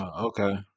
Okay